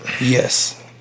Yes